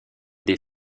des